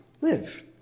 live